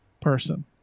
person